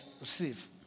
receive